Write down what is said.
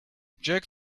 jerk